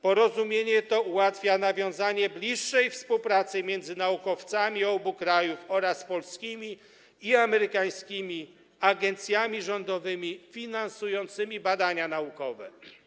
Porozumienie to ułatwia nawiązanie bliższej współpracy między naukowcami obu krajów oraz polskimi i amerykańskimi agencjami rządowymi finansującymi badania naukowe.